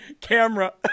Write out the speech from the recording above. camera